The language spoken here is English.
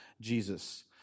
Jesus